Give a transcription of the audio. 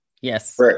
Yes